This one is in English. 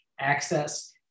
access